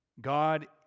God